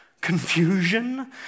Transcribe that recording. confusion